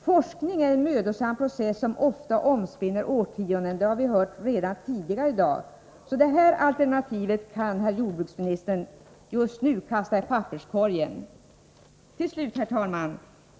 Forskning är en mödosam process som ofta omspänner årtionden — det har vi hört redan tidigare i dag. Detta alternativ kan herr jordbruksministern alltså just nu kasta i papperskorgen. Till slut, herr talman!